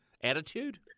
Attitude